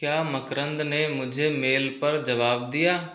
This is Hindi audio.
क्या मकरंद ने मुझे मेल पर जवाब दिया